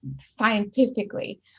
scientifically